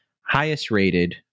highest-rated